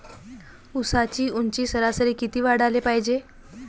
ऊसाची ऊंची सरासरी किती वाढाले पायजे?